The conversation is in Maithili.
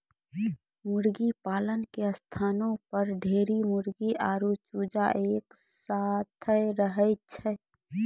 मुर्गीपालन के स्थानो पर ढेरी मुर्गी आरु चूजा एक साथै रहै छै